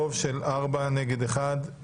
ברוב של ארבע נגד אחד.